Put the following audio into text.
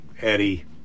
Eddie